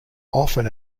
often